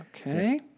Okay